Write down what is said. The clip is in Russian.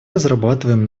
разрабатываем